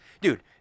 Dude